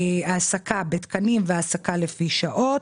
העסקה בתקנים והעסקה לפי שעות.